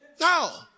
No